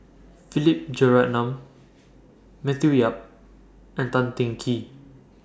Philip Jeyaretnam Matthew Yap and Tan Teng Kee